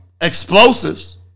explosives